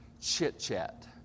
chit-chat